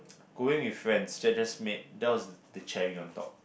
going with friends that just made that was the cherry on top